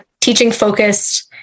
teaching-focused